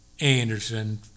Anderson